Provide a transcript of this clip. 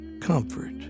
Comfort